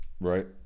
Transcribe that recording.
right